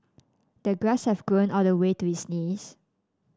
the grass had grown all the way to his knees